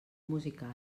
musical